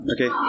Okay